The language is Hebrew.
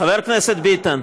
חבר הכנסת ביטן.